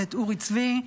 בית אורי צבי,